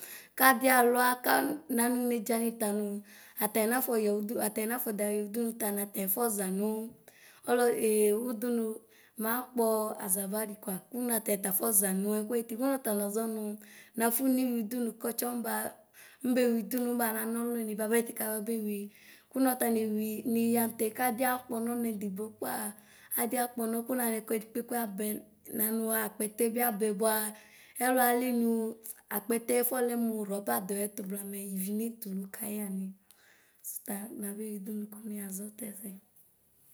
Kadi alʋa kanʋ nedzani tanʋ atani nabyɔ ʋdʋnʋ nʋ atanita naƒɛdaxa ʋdʋnʋ ta natɛ fɔʒanʋ ɔlɔdi ʋdʋnʋ makpɔ azara di kwa kʋnʋ atɛta aƒɔ nanʋ ɛkʋɛ ayʋti kʋnɔ ta nazɔni nafʋnʋ niwi ʋdʋnʋ kɔtsɔ nibaxa nebewi ʋdʋni nibaria ɔlʋni ti bʋapɛ kababewi kʋnɔta newi niya mʋtɛ kadiɛ akpɔnɔ nɔnidigbo kpa adi akpɔ nɔ kʋ nanɛ kʋɛdi kpekpe ƒɔlɛ mʋ ɣɔba dʋɛtʋ blamɛ ivi netʋ nʋ kayeani sʋta nabewi ʋdʋnʋ kʋ niaʒɔ tɛsɛ.